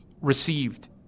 received